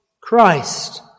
Christ